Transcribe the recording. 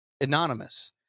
anonymous